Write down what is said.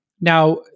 Now